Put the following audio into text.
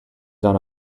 done